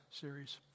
series